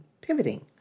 pivoting